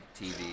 TV